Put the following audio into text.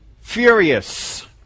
furious